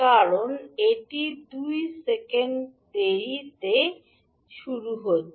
কারণ এটি দুই সেকেন্ড দেরিতে দেরি হয়ে গেছে